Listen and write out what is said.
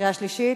קריאה שלישית?